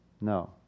No